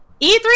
E3